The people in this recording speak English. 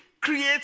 create